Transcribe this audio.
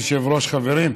אדוני היושב-ראש, חברים,